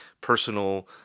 personal